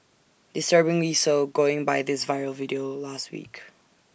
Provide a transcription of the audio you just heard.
disturbingly so going by this viral video last week